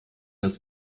das